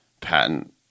patent